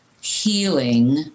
healing